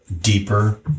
deeper